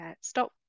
stop